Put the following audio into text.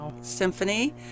symphony